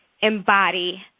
embody